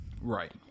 Right